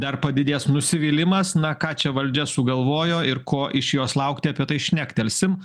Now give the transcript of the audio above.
dar padidės nusivylimas na ką čia valdžia sugalvojo ir ko iš jos laukti apie tai šnektelsim